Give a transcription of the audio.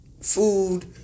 food